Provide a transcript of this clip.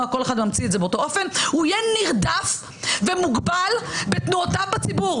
כל אחד ממציא את זה באותו אופן הוא יהיה נרדף ומוגבל בתנועותיו בציבור,